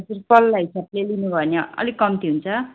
हजुर पल्ला हिसाबले लिनुभयो भने अलिक कम्ती हुन्छ